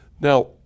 Now